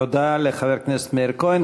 תודה לחבר הכנסת מאיר כהן.